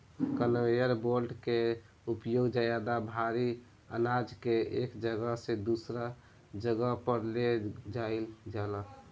conveyor belt के उपयोग ज्यादा भारी आनाज के एक जगह से दूसरा जगह पर ले जाईल जाला